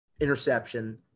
interception